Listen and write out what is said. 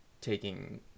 taking